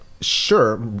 sure